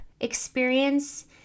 experience